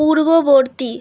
পূর্ববর্তী